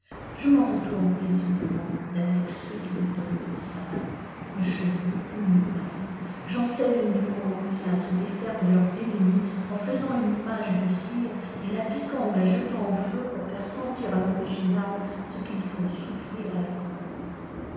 je m'en retourne paisiblement d'avec ceux qui me donnent une savate un cheveu pu une paille j'enseigne aux nécromanciens à se défaire de c leurs ennemis en faisant une image de cire et la piquant ou la jetant au feu pour faire sentir à l'original ce qu'ils fonit souffrir à la copie